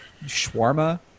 shawarma